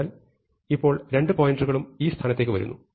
അതിനാൽ ഇപ്പോൾ രണ്ട് പോയിന്ററുകളും ഈ സ്ഥാനത്തേക്ക് വരുന്നു